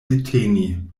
deteni